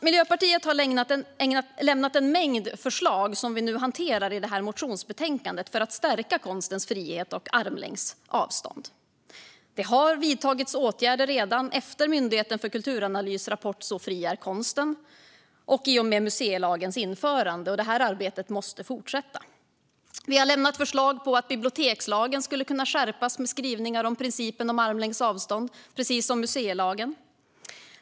Miljöpartiet har kommit med en mängd förslag, som hanteras i detta motionsbetänkande, för att stärka konstens frihet och armlängds avstånd. Det har vidtagits åtgärder redan efter Myndigheten för kulturanalys rapport Så fri är konsten och i och med museilagens införande, och detta arbete måste fortsätta. Vi har förslag om att bibliotekslagen skulle kunna skärpas med skrivningar om principen om armlängds avstånd, precis som museilagen.